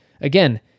again